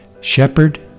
shepherd